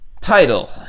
Title